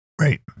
Right